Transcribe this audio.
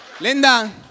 Linda